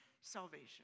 salvation